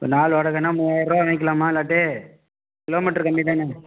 இப்போ நாள் வாடகைன்னா மூவாயரூவா வாங்கிக்கலாமா இல்லாட்டி கிலோமீட்டர் கம்மிதானே